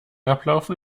ablaufen